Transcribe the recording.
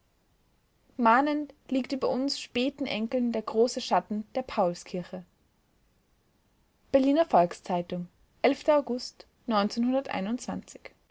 mahnend liegt über uns späten enkeln der große schatten der paulskirche berliner volks-zeitung august